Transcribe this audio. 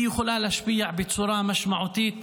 יכולה להשפיע בצורה משמעותית